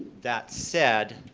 that said,